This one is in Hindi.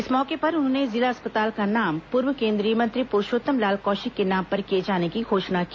इस मौके पर उन्होंने जिला अस्पताल का नाम पूर्व केंद्रीय मंत्री पुरूषोत्तम लाल कौशिक के नाम पर किए जाने की घोषणा की